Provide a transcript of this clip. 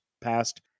passed